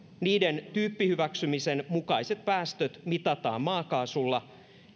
niiden tyyppihyväksymisen mukaiset päästöt mitataan maakaasulla